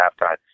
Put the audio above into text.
halftime